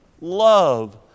love